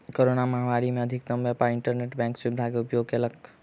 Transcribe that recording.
corona महामारी में अधिकतम व्यापार इंटरनेट बैंक सुविधा के उपयोग कयलक